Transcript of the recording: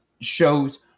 shows